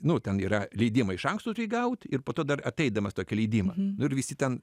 nu ten yra leidimai iš anksto tai gaut ir po to dar ateidamas tokį leidimą nu ir visi ten